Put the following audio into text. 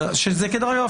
שכדרך אגב,